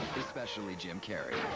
especially jim carrey.